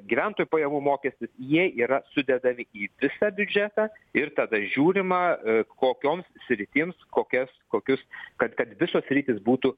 gyventojų pajamų mokestis jie yra sudedami į visą biudžetą ir tada žiūrima kokioms sritims kokias kokius kad kad visos sritys būtų